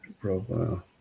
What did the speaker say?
profile